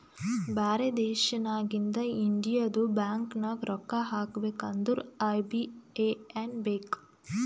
ಬ್ಯಾರೆ ದೇಶನಾಗಿಂದ್ ಇಂಡಿಯದು ಬ್ಯಾಂಕ್ ನಾಗ್ ರೊಕ್ಕಾ ಹಾಕಬೇಕ್ ಅಂದುರ್ ಐ.ಬಿ.ಎ.ಎನ್ ಬೇಕ್